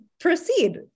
Proceed